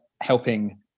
helping